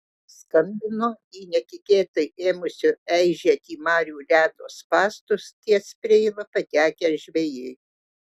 skambino į netikėtai ėmusio eižėti marių ledo spąstus ties preila patekę žvejai